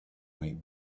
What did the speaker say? might